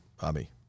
Bobby